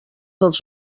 dels